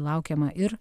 laukiama ir